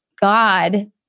God